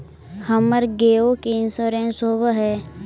हमर गेयो के इंश्योरेंस होव है?